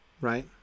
right